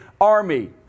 army